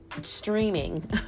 streaming